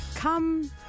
Come